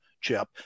Chip